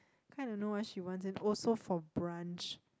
can't even know what she wants it also for brunch